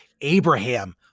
Abraham